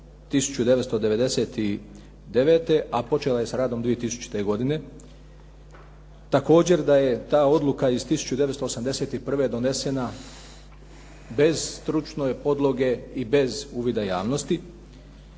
1999., a počela je s radom 2000. godine. Također da je ta odluka iz 1981. donesena bez stručne podloge i bez uvida javnosti,